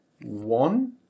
one